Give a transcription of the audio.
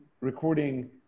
recording